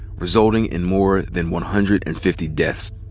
resulting in more than one hundred and fifty deaths.